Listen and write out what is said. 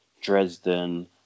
Dresden